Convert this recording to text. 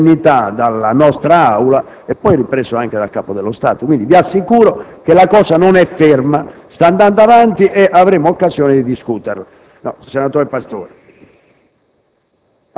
con tale solennità dalla nostra Aula e poi ripreso anche dal Capo dello Stato. Quindi, vi assicuro che la cosa non è ferma, sta andando avanti ed avremo occasione di discuterla.